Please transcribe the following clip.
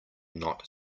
not